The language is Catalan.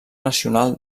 nacional